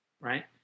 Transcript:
right